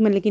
ਮਤਲਬ ਕਿ